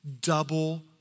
double